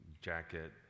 jacket